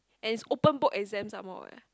and it's open book exam some more eh